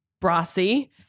brassy